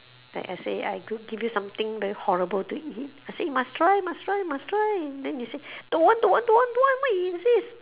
like I say I go give you something very horrible to eat I say must try must try must try then you say don't want don't want don't want why you insist